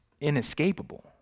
inescapable